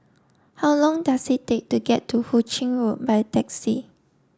how long does it take to get to Hu Ching Road by taxi